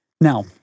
Now